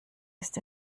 ist